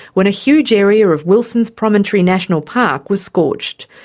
when a huge area of wilson's promontory national park was scorched.